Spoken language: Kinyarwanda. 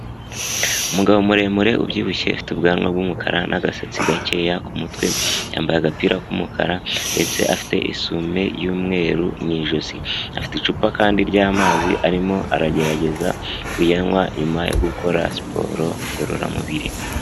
Umugabo muremure ubyibushye ufite ubwanwa bw'umukara n'agasatsi gakeya ku mutwe, yambaye agapira k'umukara ndetse afite isume y'umweru mu ijosi, afite icupa kandi ry'amazi arimo aragerageza kuyanywa, nyuma yo gukora siporo ngororamubiri.